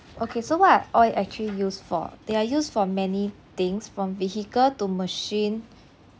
okay so what are oil actually used for they are used for many things from vehicle to machine